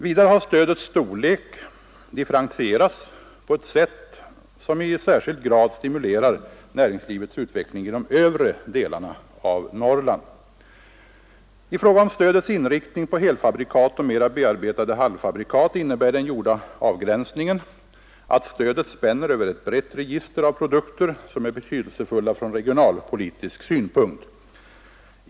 Vidare har stödets storlek differentierats på ett sätt som i särskild grad stimulerar näringslivets utveckling i de övre delarna av Norrland. I fråga om stödets inriktning på helfabrikat och mera bearbetade halvfabrikat innebär den gjorda avgränsningen att stödet spänner över ett brett register av produkter som är betydelsefulla från regionalpolitisk synpunkt.